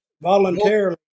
Voluntarily